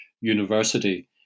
University